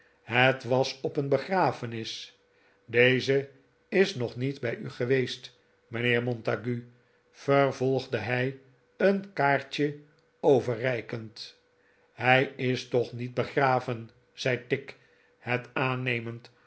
het was op een begrafenis deze is nog niet bij u geweest mijnheer montague vervolgde hij een kaartje overreikend hij is toch niet begraven zei tigg het aannemend